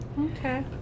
Okay